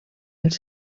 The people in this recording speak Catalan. els